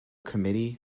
committee